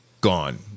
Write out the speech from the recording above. gone